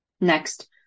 Next